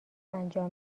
انجام